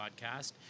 podcast